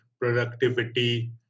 productivity